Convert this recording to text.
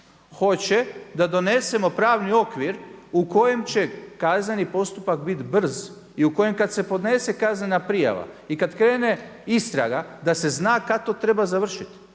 Hoće da donesemo pravni okvir u kojem će kazneni postupak bit brz i u kojem kad se podnese kaznena prijava i kad krene istraga da se zna kad to treba završiti